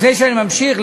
לפני שאני ממשיך,